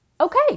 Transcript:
Okay